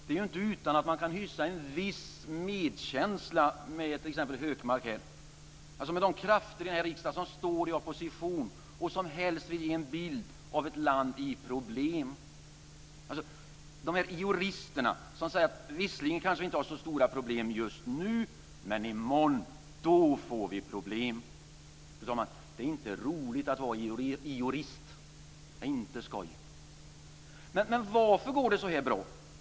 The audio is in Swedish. Det är inte utan att man kan hysa en viss medkänsla med t.ex. Hökmark här och de krafter i denna riksdag som står i opposition och som helst vill ge en bild av ett land i problem. Dessa "Iorister" säger att visserligen kanske vi inte har så stora problem just nu, men i morgon, då får vi problem. Fru talman! Det är inte roligt att vara "Iorist". Varför går det så här bra?